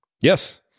Yes